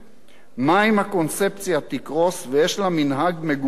מה אם הקונספציה תקרוס, ויש לה מנהג מגונה שכזה,